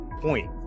point